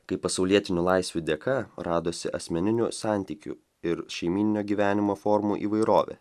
kai pasaulietinių laisvių dėka radosi asmeninių santykių ir šeimyninio gyvenimo formų įvairovė